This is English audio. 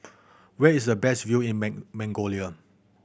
where is the best view in Mongolia